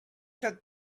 took